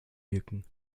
wirken